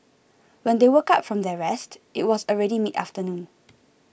when they woke up from their rest it was already midafternoon